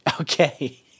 okay